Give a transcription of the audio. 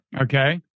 Okay